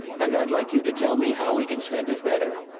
and i'd like you to tell me how we can spend it better.